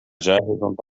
جاهز